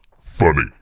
funny